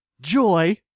Joy